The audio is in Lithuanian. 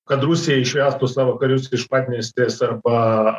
kad rusija išvestų savo karius iš padniestrės arba